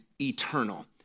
eternal